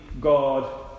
god